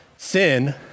Sin